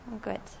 Good